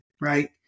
right